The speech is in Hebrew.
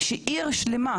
שעיר שלמה,